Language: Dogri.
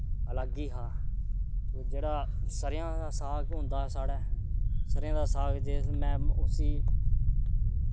अलग ही हा ते जेह्ड़ा सरेआं दा साग होन्दा साढ़ै सरेआं दा साग जिस दिन में उसी